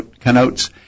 connotes